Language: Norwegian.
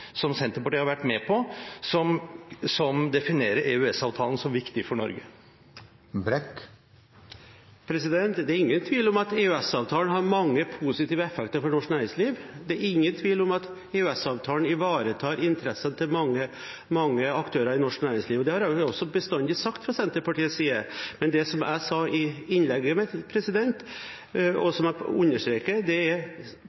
som Senterpartiet har vært med på, som definerer EØS-avtalen som viktig for Norge? Det er ingen tvil om at EØS-avtalen har mange positive effekter for norsk næringsliv, og det er ingen tvil om at EØS-avtalen ivaretar interessene til mange aktører i norsk næringsliv. Det har vi også bestandig sagt fra Senterpartiets side. Men det jeg sa i innlegget mitt – og som jeg understreker – er at problemet med EØS-avtalen er det demokratiske underskuddet i EØS-avtalen. Det er